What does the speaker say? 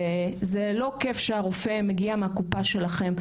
זה לא כיף שהרופא מגיע מהקופה שלכם,